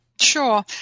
Sure